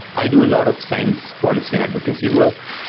i do a lot of science policy and advocacy work,